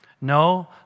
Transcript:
No